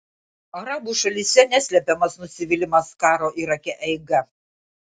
arabų šalyse neslepiamas nusivylimas karo irake eiga